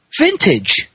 Vintage